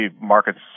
markets